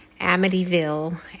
Amityville